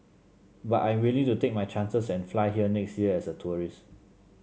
but I'm willing to take my chances and fly here next year as a tourist